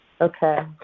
Okay